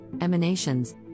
emanations